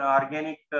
organic